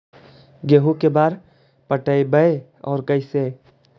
गेहूं के बार पटैबए और कैसे?